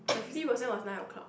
the fifty percent was nine o-clock